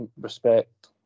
respect